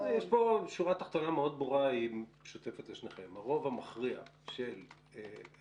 השורה התחתונה פה משותפת לשניכם והיא מאוד ברורה: הרוב המכריע של החרדים